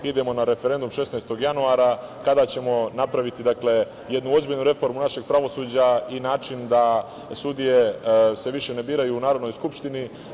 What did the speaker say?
Idemo na referendum 16. januara, kada ćemo napraviti jednu ozbiljnu reformu našeg pravosuđa i način da se sudije više ne biraju u Narodnoj skupštini.